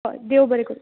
हय देव बरें करूं